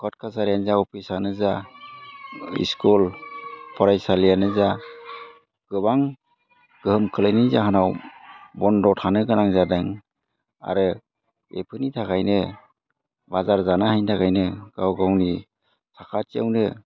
court कासारियानो जा अफिसानो जा स्कुल फरायसालियानो जा गोबां गोहोम खोलैनायनि जाहोनाव बन्द' थानो गोनां जादों आरो बेफोरनि थाखायनो बाजार जानो हायिनि थाखायनो गाव गावनि साखाथियावनो